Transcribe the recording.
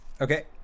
Okay